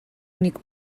únic